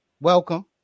welcome